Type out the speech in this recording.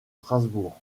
strasbourg